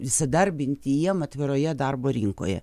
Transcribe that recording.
įsidarbinti jiem atviroje darbo rinkoje